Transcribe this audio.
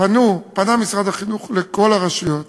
פנה משרד החינוך לכל הרשויות